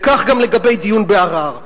וכך גם לגבי דיון בערר.